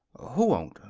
who won't?